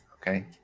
Okay